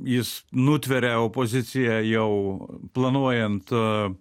jis nutveria opoziciją jau planuojant